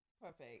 Perfect